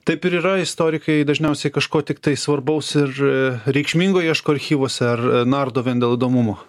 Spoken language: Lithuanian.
taip ir yra istorikai dažniausiai kažko tiktai svarbaus ir reikšmingo ieško archyvuose ar nardo vien dėl įdomumo